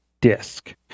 disk